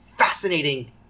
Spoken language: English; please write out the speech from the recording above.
fascinating